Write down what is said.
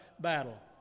battle